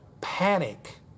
panic